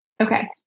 Okay